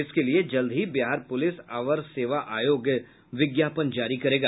इसके लिए जल्द ही बिहार पुलिस अवर सेवा आयोग विज्ञापन जारी करेगा